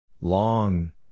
Long